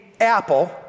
apple